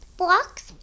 blocks